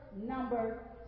number